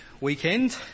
weekend